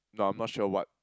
no I'm not sure what